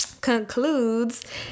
concludes